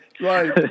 Right